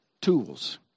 tools